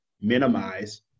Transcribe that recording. minimize